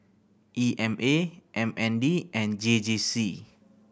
E M A M N D and J J C